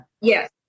Yes